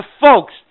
folks